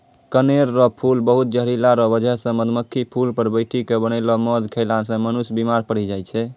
कनेर रो फूल बहुत जहरीला रो बजह से मधुमक्खी फूल पर बैठी के बनैलो मध खेला से मनुष्य बिमार पड़ी जाय छै